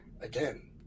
again